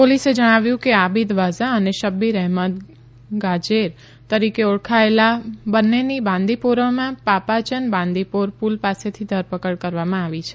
પોલીસે જણાવ્યું કે આબિદ વાઝા અને શબ્બીર અહેમદ ગોજેર તરીકે ઓળખાયેલા બંનેની બાંદીપોરામાં પાપાયન બાંદીપોર પુલ પાસેથી ધરપકડ કરવામાં આવી હતી